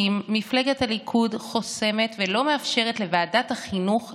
מפלגת הליכוד חוסמת ולא מאפשרת לוועדת החינוך להתכנס.